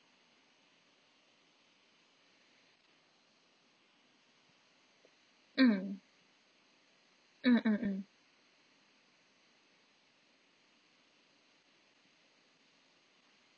mm mm mm mm